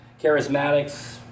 Charismatics